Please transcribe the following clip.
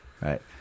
Right